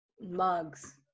mugs